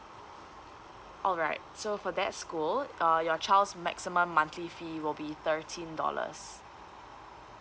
alright so for that school uh your child's maximum monthly fee will be thirteen dollars